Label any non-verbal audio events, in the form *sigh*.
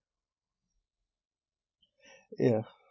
*breath* ya